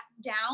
down